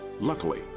Luckily